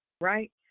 right